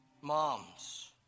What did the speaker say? moms